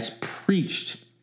preached